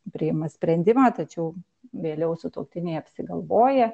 priima sprendimą tačiau vėliau sutuoktiniai apsigalvoja